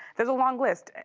there's a long list.